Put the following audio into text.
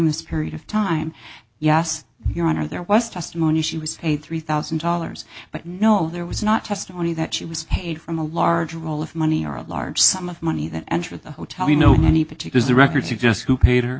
this period of time yes your honor there was testimony she was paid three thousand dollars but no there was not testimony that she was paid from a large role of money or a large sum of money that entered the hotel you know in any particular the records or just who p